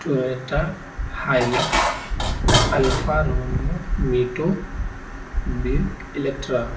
Toyota Hilux Alfa Romeo MiTo Buick Electra